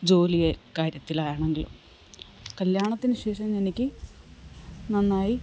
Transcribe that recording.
ജോലിയെ കാര്യത്തിലാണെങ്കിലും കല്യാണത്തിന് ശേഷം എനിക്ക് നന്നായി